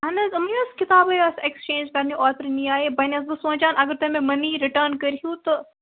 اہن حظ یِم حظ کِتابٕے آسہٕ ایٚکسچینٛج کَرنہِ اوترٕ نِیٛاے وۅنۍ ٲسٕس بہٕ سونٛچان اگر تُہی مےٚ مٔنی رِٹٲرٕن کٔرِۍہیٖو تہٕ